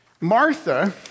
Martha